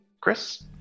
chris